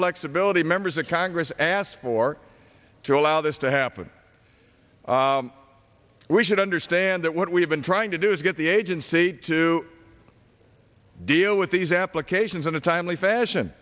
flexibility members of congress asked for to allow this to happen we should understand that what we've been trying to do is get the agency to deal with these applications in a timely fashion